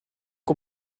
que